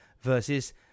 versus